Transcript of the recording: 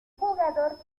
jugador